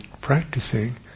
practicing